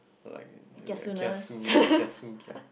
like you kiasu kiasu kia